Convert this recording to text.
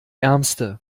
ärmste